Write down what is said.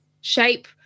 shape